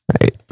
right